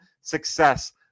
success